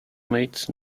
mate